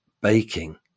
baking